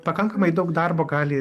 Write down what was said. pakankamai daug darbo gali